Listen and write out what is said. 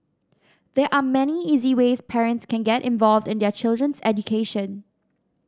there are many easy ways parents can get involved in their child's education